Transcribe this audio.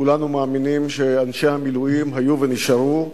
כולנו מאמינים שאנשי המילואים היו ונשארו העוצמה,